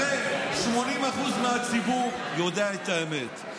הרי 80% מהציבור יודעים את האמת.